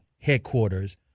headquarters